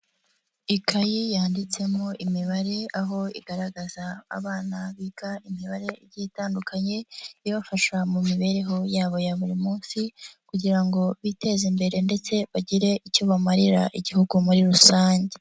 Ikayi yanditsemo imibare, aho igaragaza abana biga imibare igiye itandukanye, ibafasha mu mibereho yabo ya buri munsi kugira ngo biteze imbere ndetse bagire icyo bamarira igihugu muri rusange.